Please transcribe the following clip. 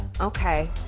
Okay